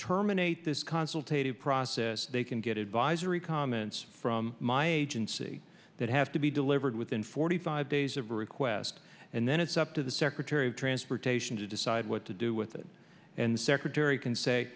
terminate this consultation process they can get advisory comments from my agency that have to be delivered within forty five days of request and then it's up to the secretary of transportation to decide what to do with it and the secretary can say